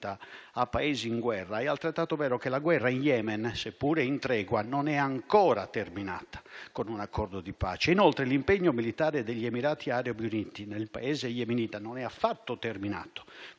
a Paesi in guerra, è altrettanto vero che la guerra in Yemen, seppure in tregua, non è ancora terminata con un accordo di pace. Inoltre, l'impegno militare degli Emirati Arabi Uniti nel Paese yemenita non è affatto terminato,